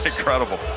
Incredible